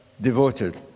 devoted